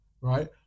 right